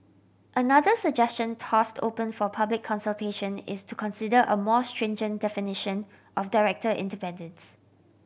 another suggestion tossed open for public consultation is to consider a more stringent definition of director independence